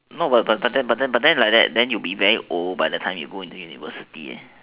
no but then but then but then like that you'll be very old by the time you go into university